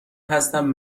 هستم